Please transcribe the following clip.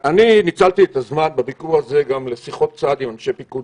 ניצלתי את הזמן בביקור הזה לשיחות עם אנשי פיקוד